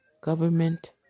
government